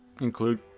include